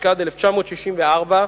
התשכ"ד 1964,